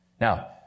Now